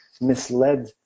misled